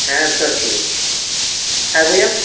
ᱦᱮᱸ ᱛᱚ ᱴᱷᱤᱠ ᱟᱹᱜᱩᱭᱟᱢ